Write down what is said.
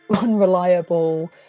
unreliable